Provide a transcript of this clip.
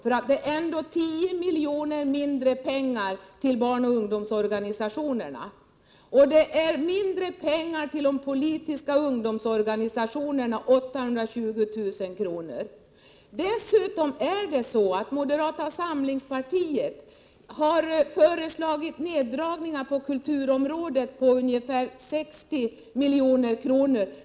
Det är ändå 10 milj.kr. mindre till barnoch ungdomsorganisationerna, och det är 820 000 kr. mindre till de politiska ungdomsorganisationerna. Dessutom har moderata samlingspartiet föreslagit neddragningar på kulturområdet på ungefär 60 milj.kr.